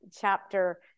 chapter